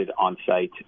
on-site